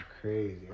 crazy